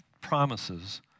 promises